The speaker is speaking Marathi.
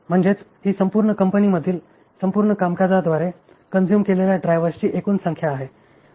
म्हणजेच ही संपूर्ण कंपनीमधील संपूर्ण कामकाजाद्वारे कंझ्युम केलेल्या ड्रायव्हर्सची एकूण संख्या आहे